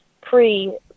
pre